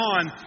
on